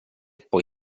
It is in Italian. poi